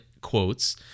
quotes